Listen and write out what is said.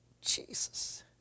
Jesus